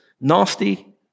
nasty